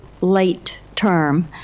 late-term